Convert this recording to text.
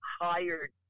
hired